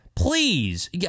Please